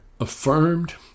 affirmed